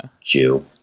jew